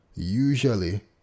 Usually